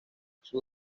sus